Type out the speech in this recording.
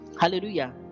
Hallelujah